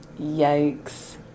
yikes